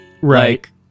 Right